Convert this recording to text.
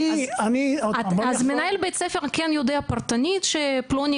אז מנהל בית ספר כן יודע פרטנית שפלוני